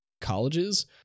colleges